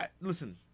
Listen